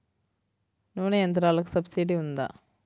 నూనె యంత్రాలకు సబ్సిడీ ఉందా?